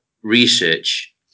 Research